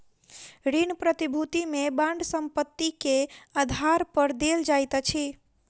ऋण प्रतिभूति में बांड संपत्ति के आधार पर देल जाइत अछि